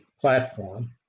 platform